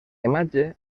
imatge